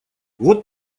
вот